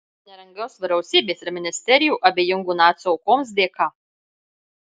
nerangios vyriausybės ir ministerijų abejingų nacių aukoms dėka